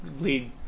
lead